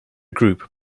group